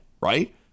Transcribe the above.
right